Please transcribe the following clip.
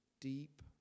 deep